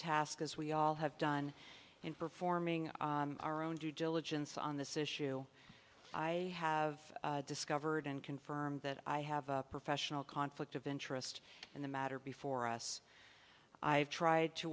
task as we all have done in performing our own due diligence on this issue i have discovered and confirmed that i have a professional conflict of interest in the matter before us i have tried to